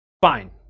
fine